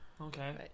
Okay